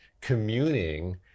communing